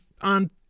on